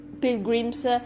pilgrims